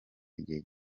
igihe